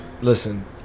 Listen